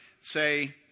say